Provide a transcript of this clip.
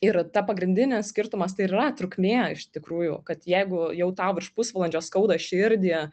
ir ta pagrindinis skirtumas tai ir yra trukmė iš tikrųjų kad jeigu jau tau virš pusvalandžio skauda širdį